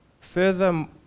Further